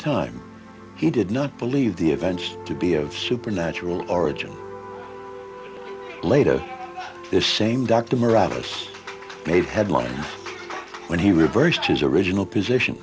time he did not believe the events to be of supernatural origin later this same doctor miraculous made headlines when he reversed his original position